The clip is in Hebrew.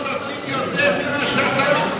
לא נותנים יותר ממה שאתה,